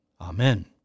Amen